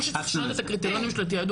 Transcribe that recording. ברור שצריך לשנות את הקריטריונים של התיעדוף,